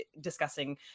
discussing